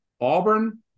Auburn